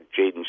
Jaden